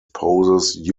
poses